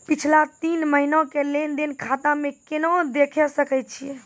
पिछला तीन महिना के लेंन देंन खाता मे केना देखे सकय छियै?